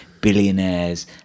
billionaires